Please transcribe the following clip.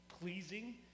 pleasing